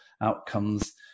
outcomes